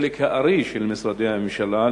חלק הארי של משרדי הממשלה,